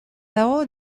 dago